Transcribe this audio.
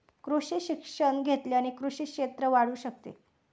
कृषी शिक्षण घेतल्याने कृषी क्षेत्र वाढू शकते